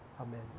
Amen